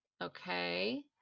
Okay